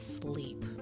sleep